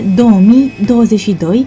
2022